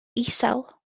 isel